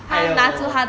!aiyo!